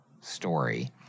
story